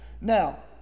Now